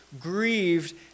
grieved